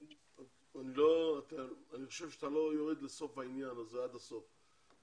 אני חושב שאתה לא יורד לסוף העניין הזה עד הסוף.